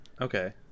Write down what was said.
Okay